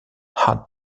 had